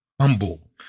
humble